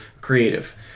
creative